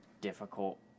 difficult